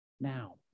now